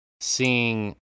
seeing